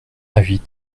avis